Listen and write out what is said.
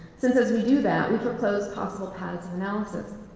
since as we do that, we propose possibly patterns of analysis.